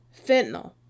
fentanyl